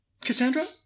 Cassandra